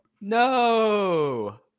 no